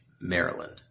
Maryland